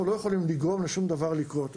אנחנו לא יכולים לגרום לשום דבר לקרות.